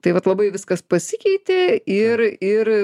tai vat labai viskas pasikeitė ir ir